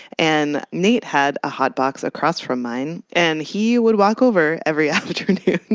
and nate had a hotbox across from mine and he would walk over every afternoon,